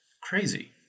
crazy